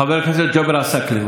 אחרון הדוברים, חבר הכנסת ג'אבר עסאקלה.